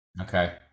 Okay